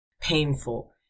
painful